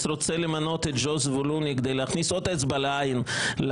רוצה למנות את ג'ו זבולוני כדי להכניס עוד אצבע לעין של